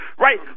Right